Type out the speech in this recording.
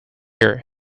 earth